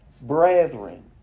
brethren